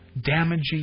damaging